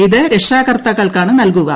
ഇത് രക്ഷാകർത്താക്കൾക്കാണ് നൽകുക